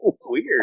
Weird